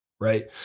Right